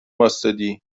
واستادی